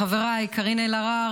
לחבריי קארין אלהרר,